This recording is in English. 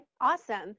awesome